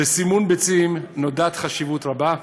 לסימון ביצים נודעת חשיבות רבה,